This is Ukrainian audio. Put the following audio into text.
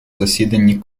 засіданні